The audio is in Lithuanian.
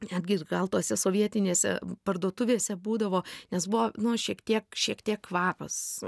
netgi gal tose sovietinėse parduotuvėse būdavo nes buvo nu šiek tiek šiek tiek kvapas